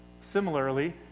Similarly